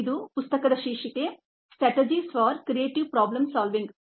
ಇದು ಪುಸ್ತಕದ ಶೀರ್ಷಿಕೆ strategies for creative problem solving